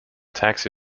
taxi